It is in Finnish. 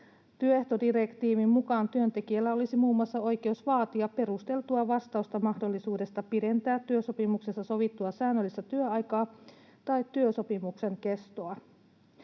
Työehtodirektiivin mukaan työntekijällä olisi muun muassa oikeus vaatia perusteltua vastausta mahdollisuudesta pidentää työsopimuksessa sovittua säännöllistä työaikaa tai työsopimuksen kestoa.